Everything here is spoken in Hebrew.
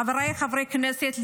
חבריי חברי הכנסת,